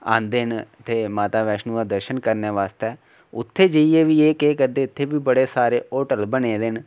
आंदे न ते माता बैश्नों दे दर्शन करने आस्तै उत्थै जेइयै बी एह् केह् करदे उत्थै बी बड़े सारे होटल बने दे न